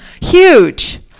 huge